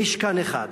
במשכן אחד,